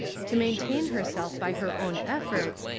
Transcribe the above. to main tain herself by her own efforts,